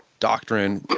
doctrine?